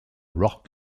rock